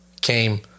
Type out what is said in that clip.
came